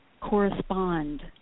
correspond